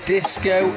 Disco